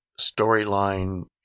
storyline